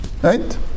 Right